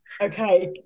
Okay